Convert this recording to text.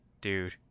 dude